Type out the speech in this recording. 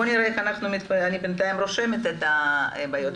אני בינתיים רושמת את הבעיות.